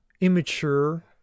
immature